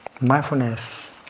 mindfulness